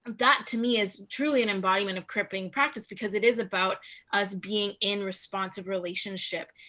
that, to me, is truly an embodiment of cripping praxis, because it is about us being in responsive relationship.